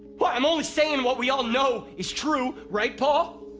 what? i'm only saying what we all know is true! right paul?